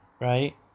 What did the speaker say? Right